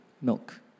milk